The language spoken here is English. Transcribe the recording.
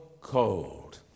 cold